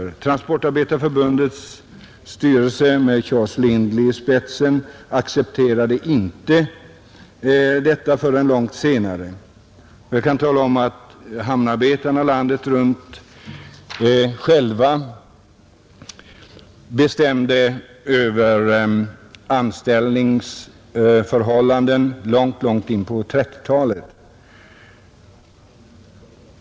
Transportarbetareförbundets styrelse med Charles Lindley i spetsen accepterade inte detta förrän långt senare. Jag kan tala om att hamnarbetarna landet runt själva bestämde över sina anställningsförhållanden långt in på 1930-talet.